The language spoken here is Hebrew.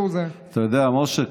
תודה, משה,